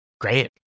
Great